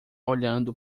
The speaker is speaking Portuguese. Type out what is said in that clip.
olhando